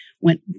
went